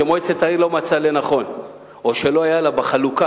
שבהם מועצת העיר לא מצאה לנכון או שלא היה לה בחלוקה